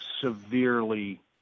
severely